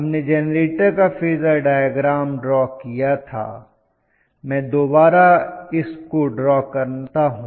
हमने जेनरेटर का phasor diagram draw किया था मैं दोबारा इसको ड्रॉ करता हूं